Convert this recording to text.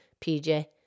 PJ